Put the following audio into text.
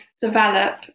develop